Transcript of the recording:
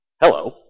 Hello